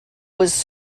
was